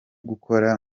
gukora